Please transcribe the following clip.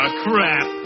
crap